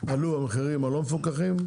עלו המחירים הלא מפוקחים,